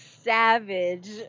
savage